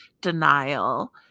denial